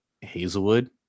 Hazelwood